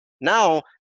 Now